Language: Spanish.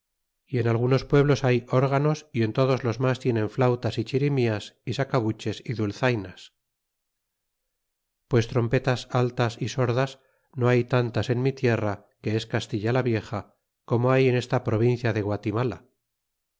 y en algunos pueblos hay órganos y en todos los mas tienen flautas y chirimias y sacabuches y dulzainas pues trompetas altas y sordas no hay tantas en mi tierra que es castilla la vieja como hay en esta provincia de guatimala